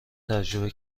تجربه